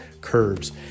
curves